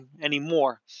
anymore